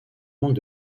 manque